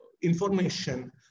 information